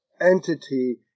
entity